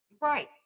Right